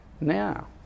now